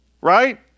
right